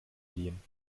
gehen